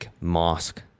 mosque